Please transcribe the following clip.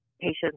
patients